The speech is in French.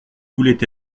voulait